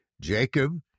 Jacob